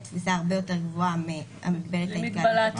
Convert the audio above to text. תפוסה הרבה יותר גבוהה ממגבלת ההתקהלות הכללית.